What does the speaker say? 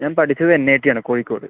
ഞാൻ പഠിച്ചത് N I T ആണ് കോഴിക്കോട്